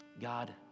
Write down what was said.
God